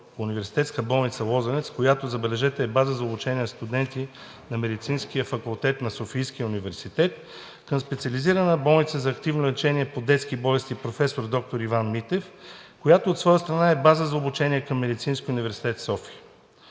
Университетска болница „Лозенец“, която – забележете, е база за обучение на студенти на Медицинския факултет на Софийския университет, към Специализирана болница за активно лечение по детски болести „Професор д-р Иван Митев“ ЕАД, която, от своя страна, е база за обучение към Медицинския университет – София,